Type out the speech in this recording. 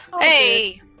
Hey